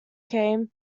came